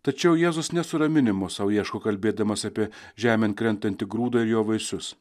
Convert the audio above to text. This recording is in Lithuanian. tačiau jėzus ne suraminimo sau ieško kalbėdamas apie žemėn krentantį grūdą ir jo vaisius